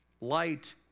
Light